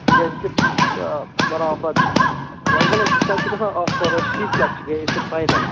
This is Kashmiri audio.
سُہ گژھِ بَرابر لَگ بَگ حظ تَتہِ چھِ گژھان اَکھ کَرور شیٖت لَچھ گٔیے سۅ فاینَل